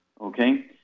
Okay